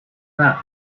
that